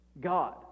God